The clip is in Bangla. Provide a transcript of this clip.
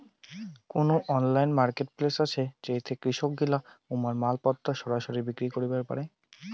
কুনো অনলাইন মার্কেটপ্লেস আছে যেইঠে কৃষকগিলা উমার মালপত্তর সরাসরি বিক্রি করিবার পারে?